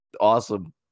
awesome